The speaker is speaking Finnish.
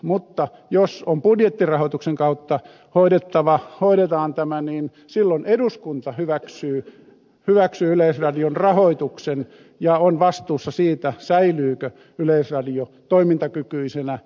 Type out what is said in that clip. mutta jos budjettirahoituksen kautta hoidetaan tämä niin silloin eduskunta hyväksyy yleisradion rahoituksen ja on vastuussa siitä säilyykö yleisradio toimintakykyisenä